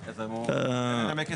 אתה מעוניין לנמק?